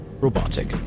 robotic